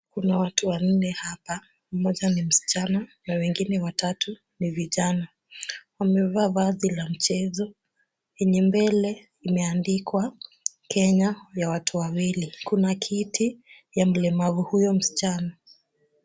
Kuna watu wanne hapa. Mmoja ni msichana na wengine watatu ni vijana. Wamejaa jezi ya Kenya yenye mbele imeandikwa Kenya ya watu wawili. Kuna kiti ya mlemavu huyo msichana.